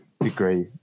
degree